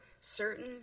certain